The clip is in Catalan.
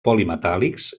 polimetàl·lics